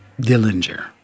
Dillinger